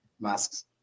masks